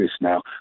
now